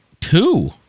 two